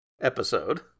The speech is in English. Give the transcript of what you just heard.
episode